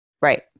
Right